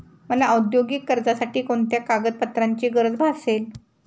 मला औद्योगिक कर्जासाठी कोणत्या कागदपत्रांची गरज भासेल?